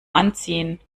anziehen